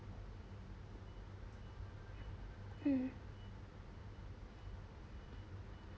mm